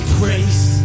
grace